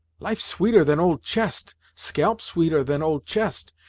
life sweeter than old chest scalp sweeter than old chest.